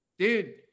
Dude